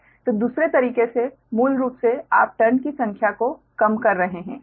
तो दूसरे तरीके से मूल रूप से आप टर्न की संख्या को कम कर रहे हैं